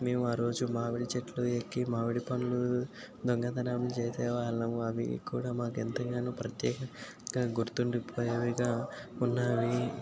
మేము ఆ రోజు మామిడి చెట్లు ఎక్కి మామిడి పండ్లు దొంగతనం చేసే వాళ్ళము అవి కూడా మాకు ఎంతగానో ప్రత్యేక గుర్తుండిపోయేవిగా ఉన్నవి